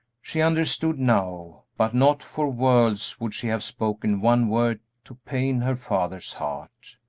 she understood now, but not for worlds would she have spoken one word to pain her father's heart.